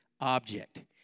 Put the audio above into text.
object